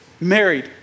married